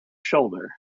shoulder